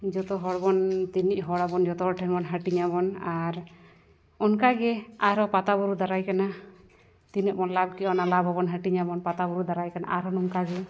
ᱡᱚᱛᱚ ᱦᱚᱲ ᱵᱚᱱ ᱛᱤᱱᱟᱹᱜ ᱦᱚᱲ ᱟᱵᱚᱱ ᱡᱚᱛᱚ ᱦᱚᱲ ᱴᱷᱮᱱ ᱵᱚᱱ ᱦᱟᱹᱴᱤᱧ ᱟᱵᱚᱱ ᱟᱨ ᱚᱱᱠᱟᱜᱮ ᱟᱨ ᱦᱚᱸ ᱯᱟᱛᱟ ᱵᱩᱨᱩ ᱫᱟᱨᱟᱭ ᱠᱟᱱᱟ ᱛᱤᱱᱟᱹᱜ ᱵᱚᱱ ᱞᱟᱵᱷ ᱠᱮᱫᱼᱟ ᱚᱱᱟ ᱞᱟᱵᱷ ᱦᱚᱸᱵᱚᱱ ᱦᱟᱹᱴᱤᱧ ᱟᱵᱚᱱ ᱯᱟᱛᱟ ᱵᱩᱨᱩ ᱫᱟᱨᱟᱭ ᱠᱟᱱᱟ ᱟᱨ ᱦᱚᱸ ᱱᱚᱝᱠᱟᱜᱮ